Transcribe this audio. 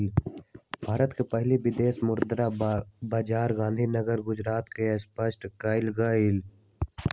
भारत के पहिला विदेशी मुद्रा बाजार गांधीनगर गुजरात में स्थापित कएल गेल हइ